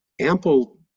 ample